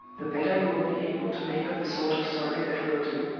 the better you will be able to make up the sort of story that will do.